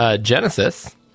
Genesis